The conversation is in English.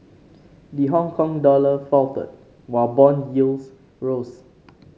the Hongkong dollar faltered while bond yields rose